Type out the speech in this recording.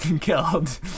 killed